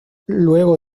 luego